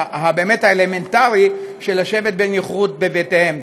והבאמת-אלמנטרי של ישיבה בנוחות בבתיהם.